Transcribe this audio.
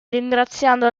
ringraziando